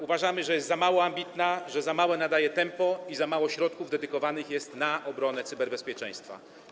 Uważamy, że jest za mało ambitna, że za małe nadaje tempo i za mało środków dedykowanych jest na obronę cyberbezpieczeństwa.